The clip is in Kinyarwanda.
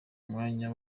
mwanya